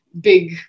big